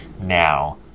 now